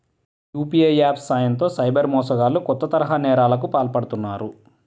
UPI apps సాయంతో cyber మోసగాళ్లు కొత్త తరహా నేరాలకు పాల్పడుతున్నారు